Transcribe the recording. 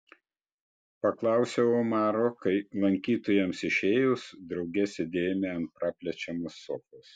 paklausiau omaro kai lankytojams išėjus drauge sėdėjome ant praplečiamos sofos